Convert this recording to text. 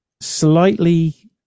slightly